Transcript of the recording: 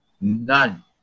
None